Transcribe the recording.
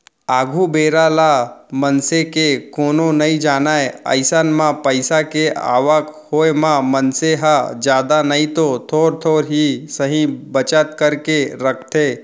आघु बेरा ल मनसे के कोनो नइ जानय अइसन म पइसा के आवक होय म मनसे ह जादा नइतो थोर थोर ही सही बचत करके रखथे